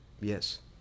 Yes